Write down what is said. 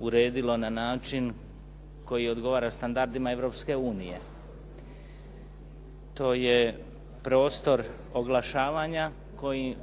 uredilo na način koji odgovara standardima Europske unije. To je prostor oglašavanja